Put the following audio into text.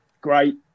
great